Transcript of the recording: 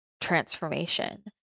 transformation